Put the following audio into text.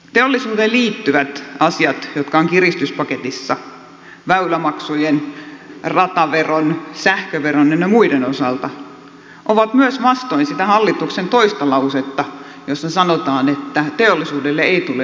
teollisuuteen liittyvät asiat jotka ovat kiristyspaketissa väylämaksujen rataveron sähköveron ynnä muiden osalta ovat myös vastoin sitä hallituksen toista lausetta jossa sanotaan että teollisuudelle ei tule lisää kustannuksia